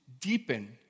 deepen